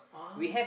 ah